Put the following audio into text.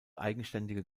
eigenständige